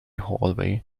hallway